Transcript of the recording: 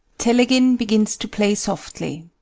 telegin begins to play softly.